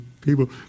people